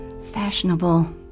Fashionable